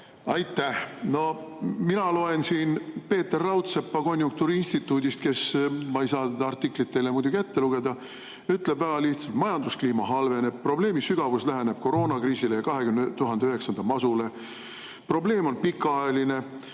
Aitäh! No mina loen siin Peeter Raudseppa konjunktuuriinstituudist, kes – ma ei saa seda artiklit teile muidugi ette lugeda – ütleb väga lihtsalt: majanduskliima halveneb, probleemi sügavus läheneb koroonakriisile ja 2009. aasta masule, probleem on pikaajaline,